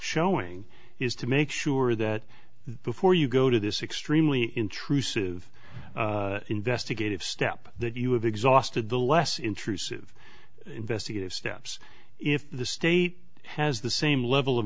showing is to make sure that before you go to this extremely intrusive investigative step that you have exhausted the less intrusive investigative steps if the state has the same level of